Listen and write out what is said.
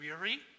weary